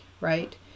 Right